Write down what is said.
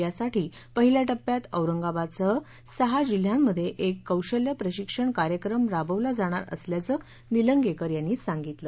यासाठी पहिल्या टप्प्यात औरंगाबादसह सहा जिल्ह्यांमध्ये एक कौशल्य प्रशिक्षण कार्यक्रम राबवला जाणार असल्याचं निलंगेकर यांनी सांगितलं